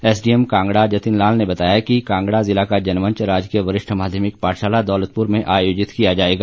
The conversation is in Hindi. एसडीएम कांगड़ा जतिन लाल ने बताया कि कांगड़ा जिला का जनमंच राजकीय वरिष्ठ माध्यमिक पाठशाला दौलतपुर में आयोजित किया जाएगा